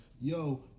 yo